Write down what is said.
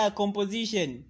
composition